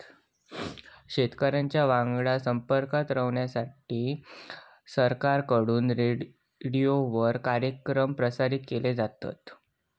शेतकऱ्यांच्या वांगडा संपर्कात रवाच्यासाठी सरकारकडून रेडीओवर कार्यक्रम प्रसारित केले जातत